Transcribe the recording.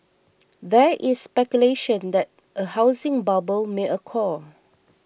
there is speculation that a housing bubble may occur